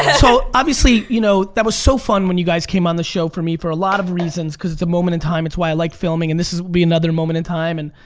so obviously you know that was so fun when you guys came on the show for me for a lot of reasons cause it's a moment in time, it's why i like filming and this will be another moment in time and